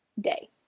day